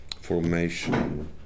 formation